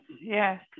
yes